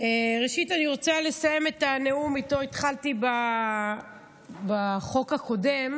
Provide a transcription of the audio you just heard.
ראשית אני רוצה לסיים את הנאום שאיתו התחלתי בחוק הקודם,